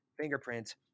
fingerprints